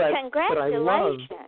Congratulations